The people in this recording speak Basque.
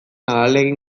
ahalegin